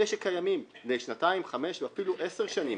אלה שבני שנתיים, חמש ועשר שנים,